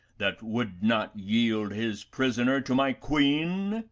that would not yield his prisoner to my queen?